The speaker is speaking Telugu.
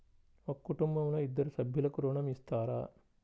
ఒక కుటుంబంలో ఇద్దరు సభ్యులకు ఋణం ఇస్తారా?